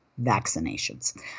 vaccinations